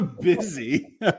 Busy